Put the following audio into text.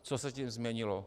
Co se tím změnilo?